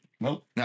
Nope